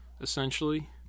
essentially